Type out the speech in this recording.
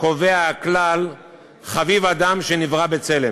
קובע הכלל "חביב אדם שנברא בצלם",